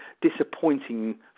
disappointing